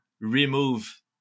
remove